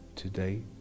Today